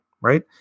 right